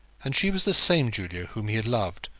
and she was the same julia whom he had loved,